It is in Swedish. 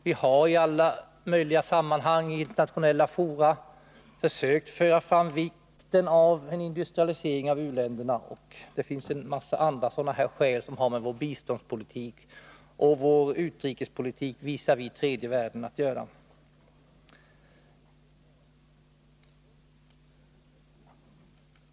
Vi har i alla möjliga sammanhang och internationella fora framhållit vikten av att u-länderna industrialiseras, men det finns också en mängd andra skäl som har att göra med vår biståndspolitik och vår utrikespolitik visavi tredje världen.